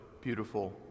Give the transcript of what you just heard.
beautiful